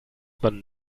man